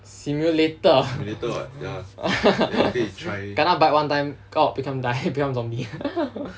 simulator kena bite one time go up become die become zombie